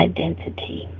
Identity